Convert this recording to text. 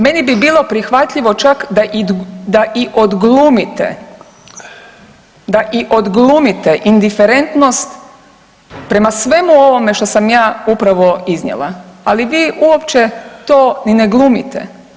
Meni bi bilo prihvatljivo čak i da odglumite, da i odglumite indiferentnost prema svemu ovome što sam ja upravo iznijela, ali vi uopće to ni ne glumite.